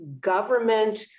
government